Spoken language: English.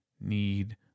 need